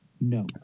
No